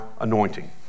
anointing